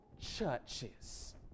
churches